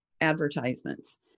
advertisements